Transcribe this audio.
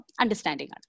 understanding